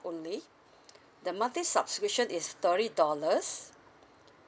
only the monthly subscription is thirty dollars